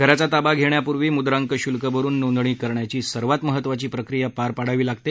घराचा ताबा घेण्यापूर्वी म्द्रांक श्ल्क भरून नोंदणी करण्याची सर्वात महत्वाची प्रक्रीया पार पाडावी लागते